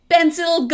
Pencil